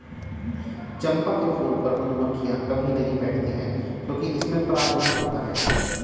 चंपा के फूल पर मधुमक्खियां कभी नहीं बैठती हैं क्योंकि इसमें पराग नहीं होता है